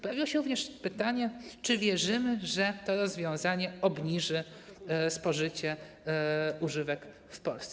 Pojawiło się również pytanie, czy wierzymy, że to rozwiązanie obniży spożycie używek w Polsce.